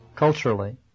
Culturally